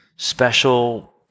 Special